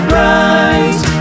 right